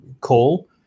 call